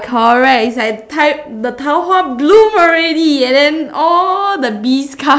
correct is like tai~ the 桃花 bloom already and then all the bees come